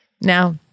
Now